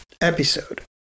episode